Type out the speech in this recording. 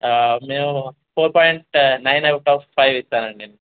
మేము four point nine out of five ఇస్తాం అండి